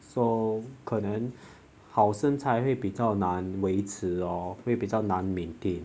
so 可能好身材会比较难维持喔会比较难 maintain